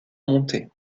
montés